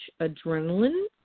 adrenaline